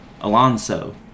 Alonso